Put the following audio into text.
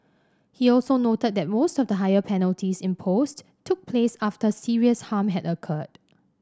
he also noted that most of the higher penalties imposed took place after serious harm had occurred